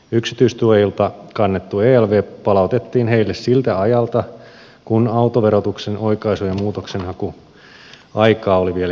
yksityistuojilta kannettu elv palautettiin heille siltä ajalta kun autoverotuksen oikaisu ja muutoksenhakuaikaa oli vielä jäljellä